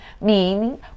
meaning